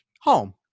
home